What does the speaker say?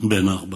בן ארבע.